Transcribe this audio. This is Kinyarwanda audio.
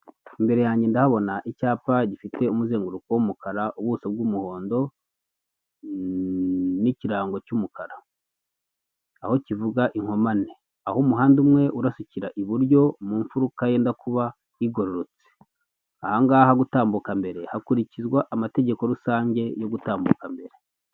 Imbere yanjye ndahabona icyapa gifite umuzenguruko w'umukara, ubuso bw'umuhondo, n'ikirango cy'umukara . Aho kivuga inkomane, aho umuhanda umwe urasukira iburyo mu ifuruka yenda kuba n'igororotse, aha ngaha gutambuka mbere, hakurikizwa amategeko rusange yo gutambuka mbere.